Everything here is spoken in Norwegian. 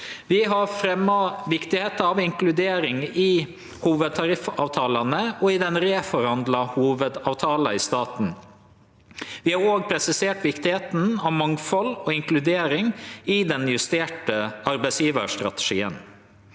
Vi har påpeika viktigheita av inkludering i hovudtariffavtalane og i den reforhandla hovudavtalen i staten. Vi har òg presisert viktigheita av mangfald og inkludering i den justerte arbeidsgjevarstrategien.